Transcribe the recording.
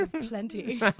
plenty